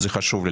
חשוב לי.